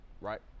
Right